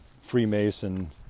Freemason